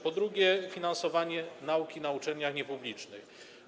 Po drugie, finansowanie nauki na uczelniach niepublicznych.